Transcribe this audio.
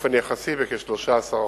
באופן יחסי בכ-13%.